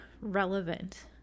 relevant